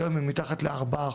גם אם היא מתחת ל - 4%